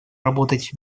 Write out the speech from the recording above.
работать